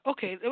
Okay